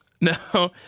No